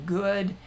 good